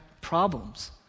problems